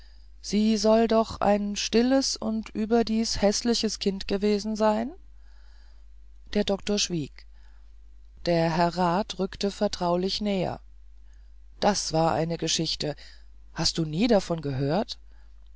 sie soll doch ein stilles und überdies häßliches kind gewesen sein der doktor schwieg der herr rat rückte vertraulich näher das war eine geschichte hast du nie davon gehört